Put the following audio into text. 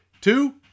Two